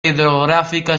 hidrográfica